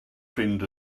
ffrind